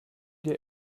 dir